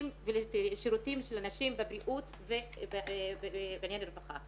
ולשירותים של הנשים בבריאות ובענייני רווחה.